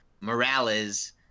Morales